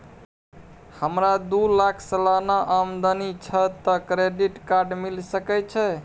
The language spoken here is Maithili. हमरा दू लाख सालाना आमदनी छै त क्रेडिट कार्ड मिल सके छै?